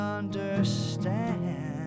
understand